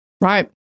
Right